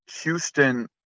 Houston